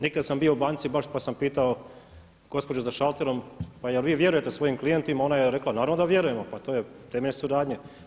Nekidan sam bio u banci baš pa sam pitao gospođu za šalterom pa jel' vi vjerujete svojim klijentima, ona je rekla, naravno da vjerujemo pa to je temelj suradnje.